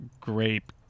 grape